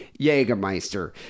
Jägermeister